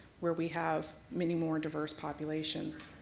where we have many more diverse population.